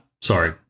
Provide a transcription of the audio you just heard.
Sorry